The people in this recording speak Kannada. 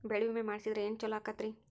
ಬೆಳಿ ವಿಮೆ ಮಾಡಿಸಿದ್ರ ಏನ್ ಛಲೋ ಆಕತ್ರಿ?